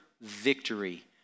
victory